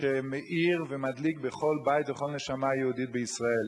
שמאיר ומדליק בכל בית וכל נשמה יהודית בישראל.